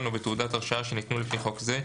או בתעודת הרשאה שניתנו לפי חוק זה,